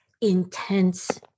intense